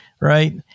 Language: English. right